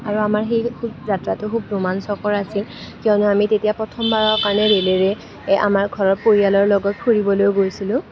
আৰু আমাৰ সেই যাত্ৰাটো খুব ৰোমাঞ্চকৰ আছিল যে আমি তেতিয়া প্ৰথমবাৰৰ কাৰণে ৰে'লেৰে এ আমাৰ ঘৰৰ পৰিয়ালৰ লগত ফুৰিবলৈ গৈছিলোঁ